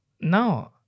No